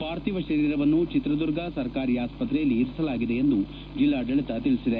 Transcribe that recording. ಪಾರ್ಥಿವ ಶರೀರವನ್ನು ಚಿತ್ರದುರ್ಗ ಸರ್ಕಾರಿ ಆಸ್ಪತ್ರೆಯಲ್ಲಿ ಇಡಲಾಗಿದೆ ಎಂದು ಜಿಲ್ಲಾಡಳಿತ ತಿಳಿಸಿದೆ